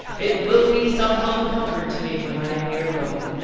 it will be some help and comfort to me when i am here alone.